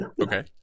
okay